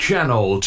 channel